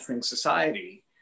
society